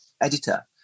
editor